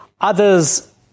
Others